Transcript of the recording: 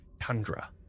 tundra